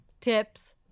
tips